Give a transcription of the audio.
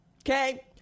okay